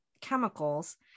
chemicals